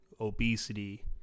obesity